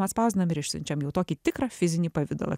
atspausdinam ir išsiunčiam jau tokį tikrą fizinį pavidalą